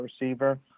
receiver